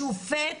השופט